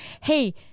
Hey